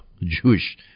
jewish